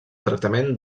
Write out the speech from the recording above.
tractament